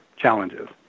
challenges